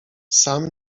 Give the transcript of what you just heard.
sam